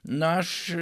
na aš